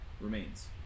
remains